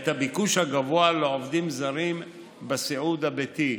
את הביקוש הגבוה לעובדים זרים בסיעוד הביתי,